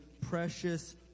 precious